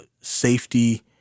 safety